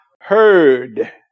heard